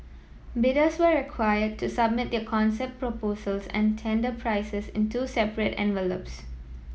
bidders were required to submit their concept proposals and tender prices in two separate envelopes